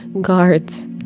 guards